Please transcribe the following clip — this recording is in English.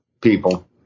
people